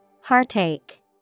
Heartache